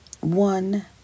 one